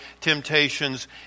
temptations